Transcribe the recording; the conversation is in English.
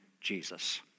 Jesus